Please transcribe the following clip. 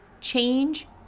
change